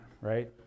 right